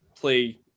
play